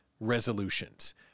resolutions